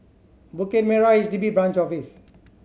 Bukit Merah H D B Branch Office